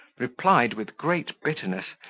replied, with great bitterness,